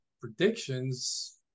predictions